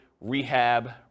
rehab